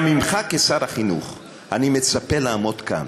גם ממך כשר החינוך אני מצפה לעמוד כאן